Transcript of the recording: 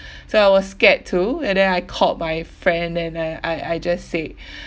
so I was scared too and then I called my friend and I I I just say